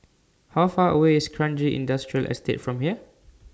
How Far away IS Kranji Industrial Estate from here